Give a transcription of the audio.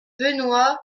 benoit